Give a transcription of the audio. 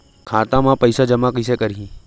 खाता म पईसा जमा कइसे करही?